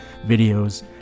videos